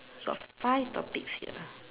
so five topics here